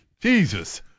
Jesus